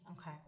Okay